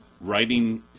writing